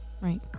right